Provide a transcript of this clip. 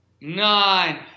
nine